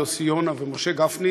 יוסי יונה ומשה גפני,